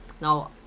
Now